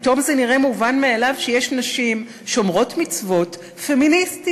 פתאום זה נראה מובן מאליו שיש נשים שומרות מצוות פמיניסטיות,